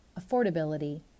affordability